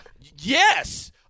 yes